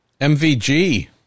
MVG